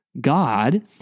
God